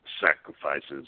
sacrifices